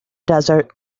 desert